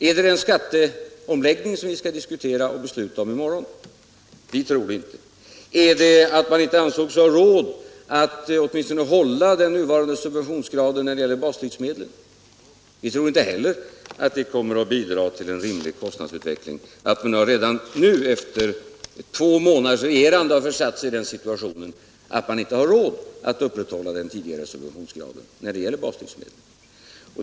Är det den skatteomläggning som vi skall diskutera och besluta om i morgon? Vi tror inte det. Eller är det så att man inte anser sig ha råd att hålla den nuvarande subventionsgraden när det gäller baslivsmedel? Vi tror inte heller att det kommer att bidra till en rimlig kostnadsutveckling att man redan nu — efter bara två månaders regerande — har försatt sig i den situationen att man inte har råd att upprätthålla den tidigare subventionsgraden för baslivsmedel.